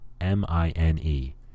M-I-N-E